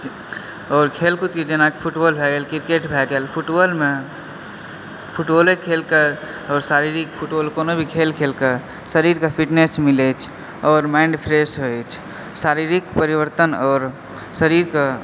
आओर खेल कूद के जेना फुटबॉल भए गेल क्रिकेट भए गेल फुटबॉल मे फुटबॉले खेलके आओर शारीरिक फुटबॉल कोनो भी खेल खेलके शरीरके फ़िटनेस मिलैत अछि आओर माइंड फ्रेस होइत अछि शारीरिक परिवर्तन आओर शरीरके